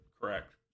correct